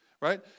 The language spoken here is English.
Right